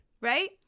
right